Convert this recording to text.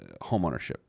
homeownership